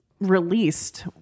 released